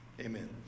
amen